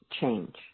change